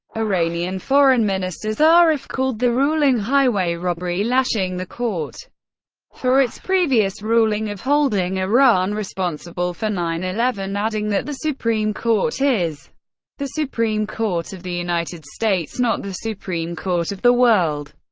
iranian foreign minister zarif called the ruling highway robbery, lashing the court for its previous ruling of holding iran responsible for nine eleven, adding that the supreme court is the supreme court of the united states, not the supreme court of the world.